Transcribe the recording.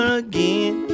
again